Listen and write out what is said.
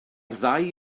ddau